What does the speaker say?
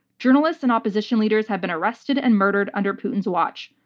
journalists and opposition leaders have been arrested and murdered under putin's watch.